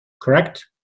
correct